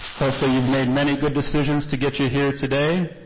hopefully you've made many good decisions to get you here today,